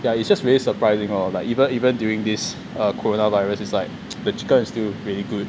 yeah it's just really surprising lor like even even during this uh coronavirus its like the chicken is still really good